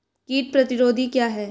कीट प्रतिरोधी क्या है?